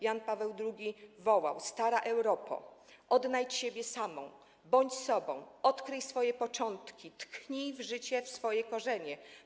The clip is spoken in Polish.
Jan Paweł II wołał: Stara Europo, odnajdź siebie samą, bądź sobą, odkryj swoje początki, tchnij życie w swoje korzenie.